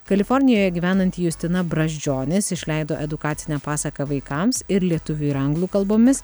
kalifornijoje gyvenanti justina brazdžionis išleido edukacinę pasaką vaikams ir lietuvių ir anglų kalbomis